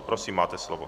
Prosím, máte slovo.